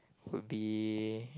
would be